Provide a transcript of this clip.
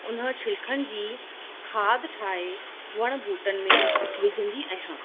हुन छिलिकनि जी खाध ठाहे वणु ॿूटनि में विझंदी आहियां